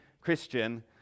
Christian